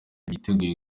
biteguye